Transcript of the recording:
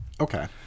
Okay